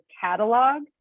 catalog